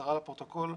קצרה לפרוטוקול,